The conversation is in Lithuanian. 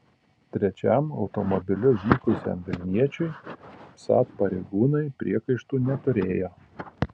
trečiam automobiliu vykusiam vilniečiui vsat pareigūnai priekaištų neturėjo